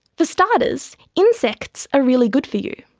for starters, insects are really good for you.